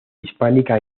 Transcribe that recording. hispánica